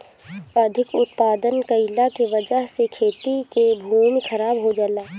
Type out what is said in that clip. अधिक उत्पादन कइला के वजह से खेती के भूमि खराब हो जाला